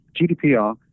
GDPR